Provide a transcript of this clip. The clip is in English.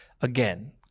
Again